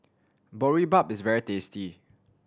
boribap is very tasty